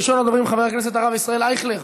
ראשון הדוברים, חבר הכנסת ישראל אייכלר,